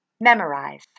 Memorize